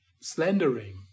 slandering